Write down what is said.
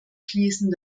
schließen